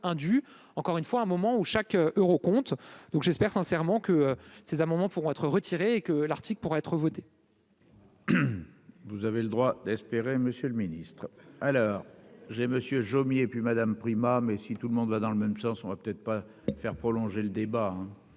indues, encore une fois, à un moment où chaque Euro compte donc j'espère sincèrement que ces amendements pourront être et que l'Arctique pourrait être voté. Vous avez le droit d'espérer Monsieur le Ministre, alors j'ai Monsieur Jomier plus Madame Prima, mais si tout le monde va dans le même sens, on va peut-être pas faire prolonger le débat,